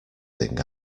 thing